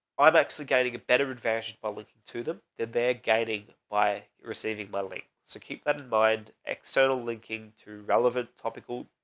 i'm actually getting a better advantage by looking to them that they are gaining by receiving modeling. so keep that in mind. external linking to relevant topical.